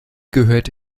gehört